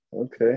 Okay